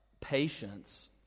patience